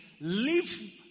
live